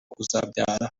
uzabyara